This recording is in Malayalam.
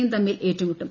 യും തമ്മിൽ ഏറ്റുമുട്ടും